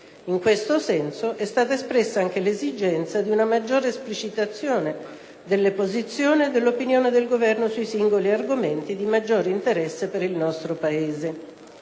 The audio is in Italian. In questo senso è stata espressa anche l'esigenza di una maggiore esplicitazione della posizione e dell'opinione del Governo sui singoli argomenti di maggiore interesse per il nostro Paese.